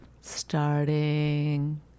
starting